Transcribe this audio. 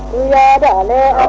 la la la